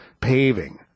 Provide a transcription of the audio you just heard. Paving